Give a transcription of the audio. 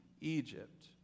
Egypt